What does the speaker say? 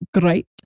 great